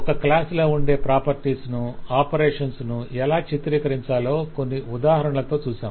ఒక క్లాస్ లో ఉండే ప్రాపర్టీస్ ను ఆపరేషన్స్ ను ఎలా చిత్రికకరించాలో కొన్ని ఉదాహరణలతో చూశాం